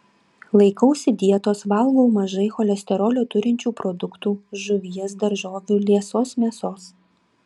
laikausi dietos valgau mažai cholesterolio turinčių produktų žuvies daržovių liesos mėsos